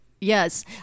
yes